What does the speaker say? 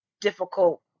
difficult